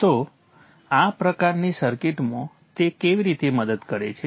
તો આ પ્રકારની સર્કિટમાં તે કેવી રીતે મદદ કરે છે